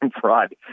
fraud